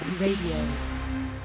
Radio